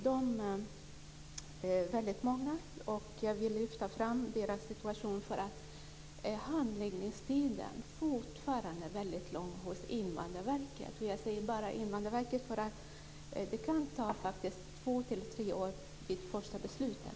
De är väldigt många, och jag vill lyfta fram deras situation. Handläggningstiden är fortfarande väldigt lång hos Invandrarverket. Det kan ta två till tre år vid första beslutet.